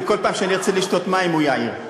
שכל פעם שאני ארצה לשתות מים הוא יעיר.